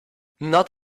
not